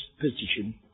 position